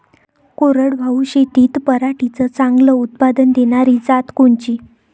कोरडवाहू शेतीत पराटीचं चांगलं उत्पादन देनारी जात कोनची?